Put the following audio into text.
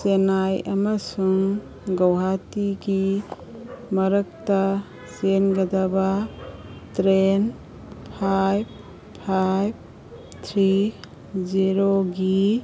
ꯆꯦꯟꯅꯥꯏ ꯑꯃꯁꯨꯡ ꯒꯧꯍꯥꯇꯤꯒꯤ ꯃꯔꯛꯇ ꯆꯦꯟꯒꯗꯕ ꯇ꯭ꯔꯦꯟ ꯐꯥꯏꯚ ꯐꯥꯏꯚ ꯊ꯭ꯔꯤ ꯖꯦꯔꯣꯒꯤ